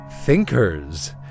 Thinkers